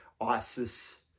Isis